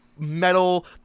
metal